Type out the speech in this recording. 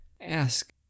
ask